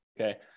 okay